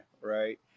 right